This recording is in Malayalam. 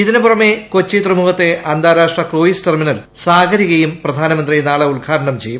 ഇതിനു പുറമെ കൊച്ചി തുറമുഖത്തെ അന്താരാഷ്ട്ര ക്രൂയിസ് ടെർമിനൽ സാഗരിക യും പ്രധാനമന്ത്രി നാളെ ഉദ്ഘാടനം ചെയ്യും